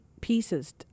pieces